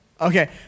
Okay